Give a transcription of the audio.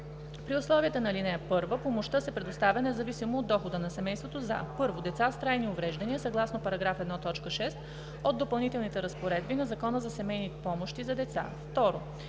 При условията на ал. 1 помощта се предоставя независимо от дохода на семейството за: 1. деца с трайни увреждания съгласно § 1, т. 6 от допълнителните разпоредби на Закона за семейни помощи за деца;